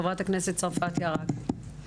חברת הכנסת מטי צרפתי, בבקשה.